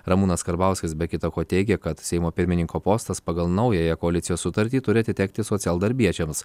ramūnas karbauskis be kita ko teigė kad seimo pirmininko postas pagal naująją koalicijos sutartį turi atitekti socialdarbiečiams